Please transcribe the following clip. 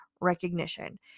recognition